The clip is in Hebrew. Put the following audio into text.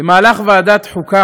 במהלך ישיבת ועדת חוקה,